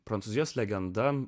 prancūzijos legenda